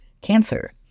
Cancer